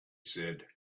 said